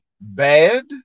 bad